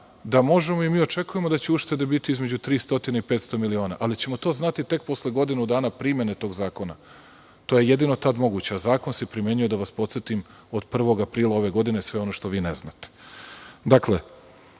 da možemo i mi očekujemo da će uštede biti između 300 i 500 miliona, ali ćemo to znati tek posle godinu dana primene tog zakona. To je jedino tad moguće. A zakon se primenjuje, da vas podsetim, od 1. aprila ove godine, sve ono što vi ne znate. Što se